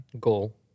goal